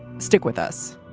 stick with us